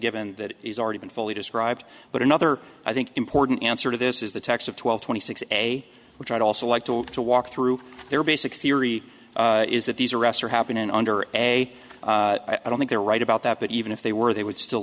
given that he's already been fully described but another i think important answer to this is the text of twelve twenty six a which i'd also like to old to walk through their basic theory is that these arrests are happening under a i don't think they're right about that but even if they were they would still